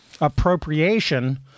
appropriation